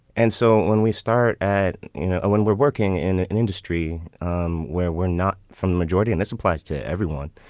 and so when we start at you know, when we're working in an industry um where we're not from the majority and this applies to everyone,